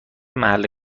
محل